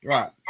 Right